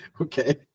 Okay